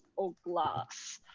or glass,